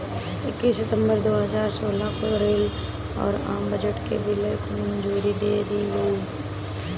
इक्कीस सितंबर दो हजार सोलह को रेल और आम बजट के विलय को मंजूरी दे दी गयी